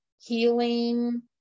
healing